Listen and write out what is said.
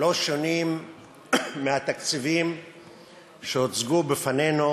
לא שונים מבתקציבים שהוצגו בפנינו